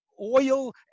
oil